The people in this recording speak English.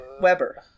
Weber